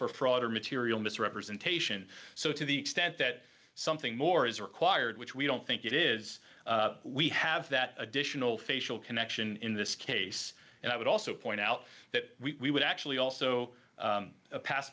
for fraud or material misrepresentation so to the extent that something more is required which we don't think it is we have that additional facial connection in this case and i would also point out that we would actually also